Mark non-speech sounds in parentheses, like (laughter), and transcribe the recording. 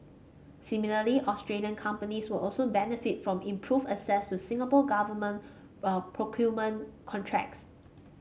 similarly Australian companies will also benefit from improved access to Singapore Government (unintelligible) procurement contracts